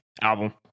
album